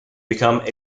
become